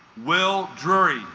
will drury